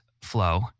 flow